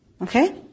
Okay